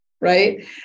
Right